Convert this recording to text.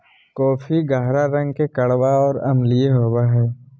coffee गहरा रंग के कड़वा और अम्लीय होबो हइ